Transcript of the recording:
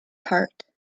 heart